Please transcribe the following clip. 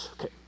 Okay